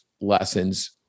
lessons